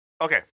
Okay